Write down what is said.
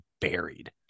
buried